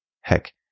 Heck